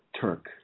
Turk